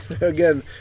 again